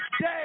day